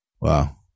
Wow